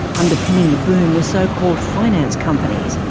underpinning the boom were so-called finance companies,